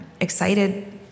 excited